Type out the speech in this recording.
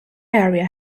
area